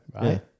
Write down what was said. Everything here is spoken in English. right